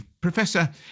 Professor